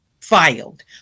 filed